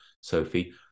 Sophie